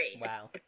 Wow